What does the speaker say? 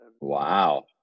Wow